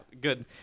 good